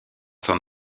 s’en